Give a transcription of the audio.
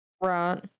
Right